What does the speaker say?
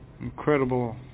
incredible